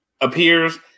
appears